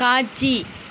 காட்சி